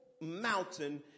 mountain